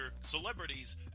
celebrities